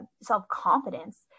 self-confidence